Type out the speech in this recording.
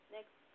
Next